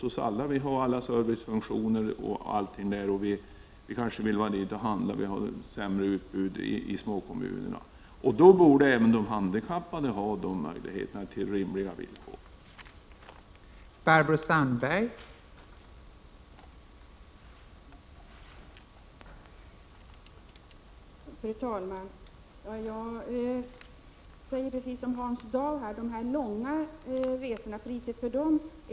Vi har där alla servicefunktioner och bättre utbud än i småkommunerna när vi vill handla. Även de handikappade borde ha möjligheter att på rimliga villkor resa till Umeå.